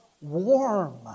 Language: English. warm